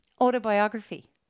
autobiography